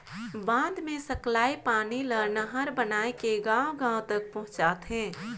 बांध मे सकलाए पानी ल नहर बनाए के गांव गांव तक पहुंचाथें